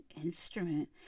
instrument